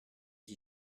qui